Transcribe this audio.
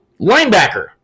Linebacker